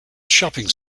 shopping